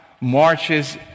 marches